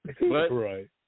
right